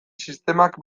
sistemak